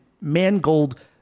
Mangold